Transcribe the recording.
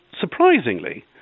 surprisingly